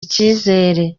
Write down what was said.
icyizere